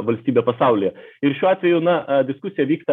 valstybė pasaulyje ir šiuo atveju na diskusija vyksta